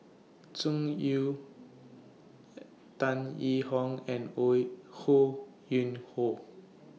Tsung Yeh Tan Yee Hong and Ho Yuen Hoe